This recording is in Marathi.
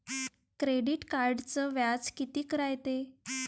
क्रेडिट कार्डचं व्याज कितीक रायते?